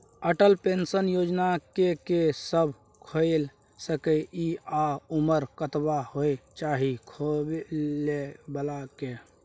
Atal Pension Yojana के के सब खोइल सके इ आ उमर कतबा होय चाही खोलै बला के?